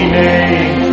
name